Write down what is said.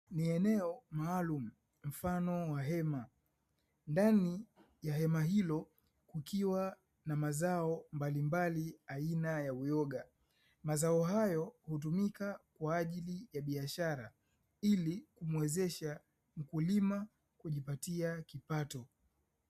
Ni eneo maalumu mfano wa hema, ndani ya hema hilo kukiwa na mazao mbalimbali aina ya uyoga. Mazao hayo hutumika kwa ajili ya biashara ili kumuwezesha mkulima kujipatia kipato.